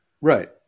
Right